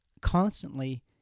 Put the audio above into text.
constantly